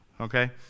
Okay